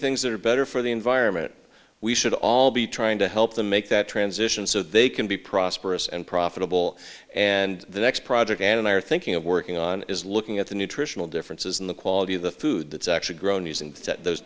things that are better for the environment we should all be trying to help them make that transition so they can be prosperous and profitable and the next project and i are thinking of working on is looking at the nutritional differences in the quality of the food that's actually grown us